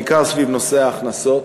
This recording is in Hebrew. בעיקר סביב נושא ההכנסות,